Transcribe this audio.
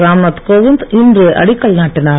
ராம்நாத் கோவிந்த் இன்று அடிக்கல் நாட்டினார்